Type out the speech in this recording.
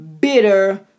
bitter